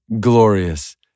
glorious